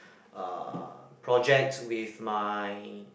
uh project with my